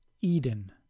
Eden